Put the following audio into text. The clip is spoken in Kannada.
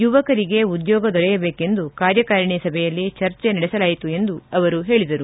ಯುವಕರಿಗೆ ಉದ್ಯೋಗ ದೊರೆಯಬೇಕೆಂದು ಕಾರ್ಯಕಾರಿಣಿ ಸಭೆಯಲ್ಲಿ ಚರ್ಚೆ ನಡೆಸಲಾಯಿತು ಎಂದು ಅವರು ಹೇಳಿದರು